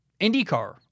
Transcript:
IndyCar